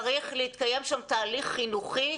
צריך להתקיים שם תהליך חינוכי,